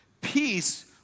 Peace